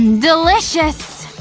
and delicious!